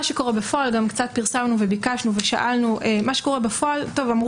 מה שקורה בפועל כמו שאמרו פה,